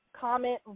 comment